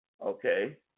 Okay